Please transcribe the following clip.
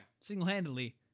single-handedly